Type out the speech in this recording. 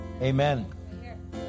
Amen